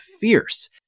fierce